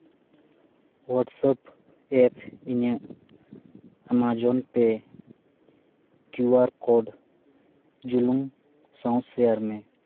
WhatsApp app ᱤᱧᱟᱹᱜ Amazon Pay Q R code ᱡᱩᱞᱩᱝ ᱥᱟᱶ ᱥᱮᱭᱟᱨ ᱢᱮ